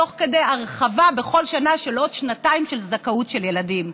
תוך כדי הרחבה בכל שנה של עוד שנתיים זכאות לילדים.